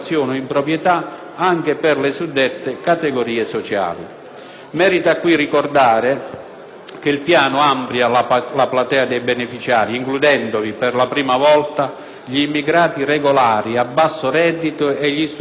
anche per le suddette categorie sociali. Merita qui ricordare che il Piano amplia la platea dei beneficiari includendovi, per la prima volta, gli immigrati regolari a basso reddito e gli studenti fuori sede,